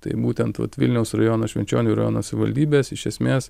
tai būtent vilniaus rajono švenčionių rajono savivaldybės iš esmės